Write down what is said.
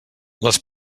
les